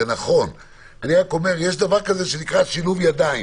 אני רק אומר יש דבר כזה שנקרא שילוב ידיים.